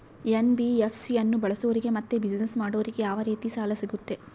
NBFC ಅನ್ನು ಬಳಸೋರಿಗೆ ಮತ್ತೆ ಬಿಸಿನೆಸ್ ಮಾಡೋರಿಗೆ ಯಾವ ರೇತಿ ಸಾಲ ಸಿಗುತ್ತೆ?